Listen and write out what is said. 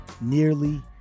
nearly